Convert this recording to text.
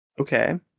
Okay